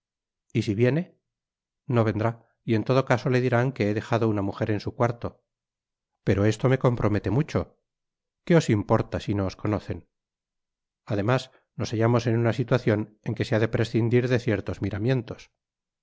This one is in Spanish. y si viene no vendrá y en todo caso le dirán que he dejado una mujer en su cuarto pero esto me compromete mucho qué os importa si no nos conocen además nos hallamos en una situa cion en que se ha de prescindir de ciertos miramientos